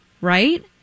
right